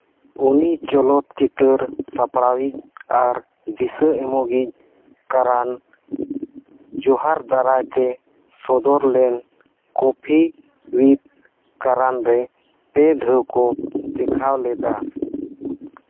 ᱩᱱᱤ ᱪᱚᱞᱚᱛ ᱪᱤᱛᱟᱹᱨ ᱥᱟᱯᱲᱟᱣᱤᱡ ᱟᱨ ᱫᱤᱥᱟᱹ ᱮᱢᱚᱜᱤᱡ ᱠᱚᱨᱚᱱ ᱡᱚᱦᱟᱨ ᱫᱟᱨᱟᱭᱛᱮ ᱥᱚᱫᱚᱨ ᱞᱮᱱ ᱠᱚᱯᱷᱤ ᱨᱤᱫ ᱠᱟᱨᱟᱱ ᱨᱮ ᱯᱮ ᱫᱷᱟᱣ ᱠᱚ ᱫᱮᱠᱷᱟᱣ ᱞᱮᱫᱟ